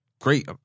Great